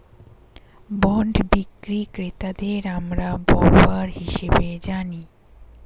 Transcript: bond বিক্রি ক্রেতাদের আমরা বরোয়ার হিসেবে জানি